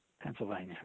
Pennsylvania